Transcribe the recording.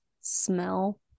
smell